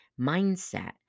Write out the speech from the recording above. mindset